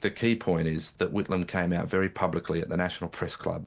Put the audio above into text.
the key point is that whitlam came out very publicly at the national press club